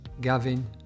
Gavin